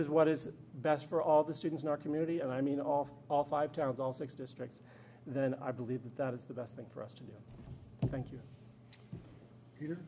is what is best for all the students in our community and i mean all all five towns all six districts then i believe that that is the best thing for us to do thank you